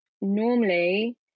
normally